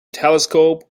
telescope